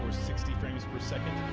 sixty frames per second,